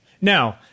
Now